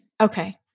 okay